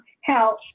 help